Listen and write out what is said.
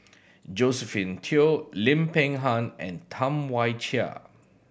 Josephine Teo Lim Peng Han and Tam Wai Jia